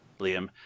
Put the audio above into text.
Liam –